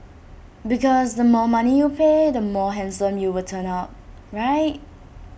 because the more money you pay the more handsome you will turn out right